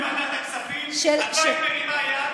בוועדת הכספים את לא היית מרימה יד